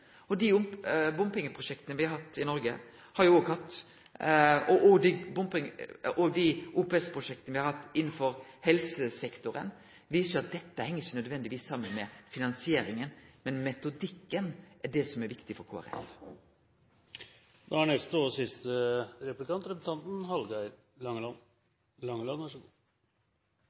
fornying. Dei bompengeprosjekta me har hatt i Noreg, og dei OPS-prosjekta me har hatt innanfor helsesektoren, viser at dette ikkje nødvendigvis heng saman med finansieringa – metodikken er det som er viktig for